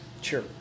Sure